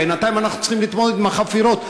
בינתיים אנחנו צריכים להתמודד עם החפירות.